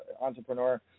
entrepreneur